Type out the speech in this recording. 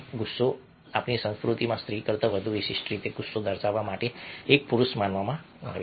ગુસ્સો આપણી સંસ્કૃતિમાં સ્ત્રી કરતાં વધુ વિશિષ્ટ રીતે ગુસ્સો દર્શાવવા માટે એક પુરુષ માનવામાં આવે છે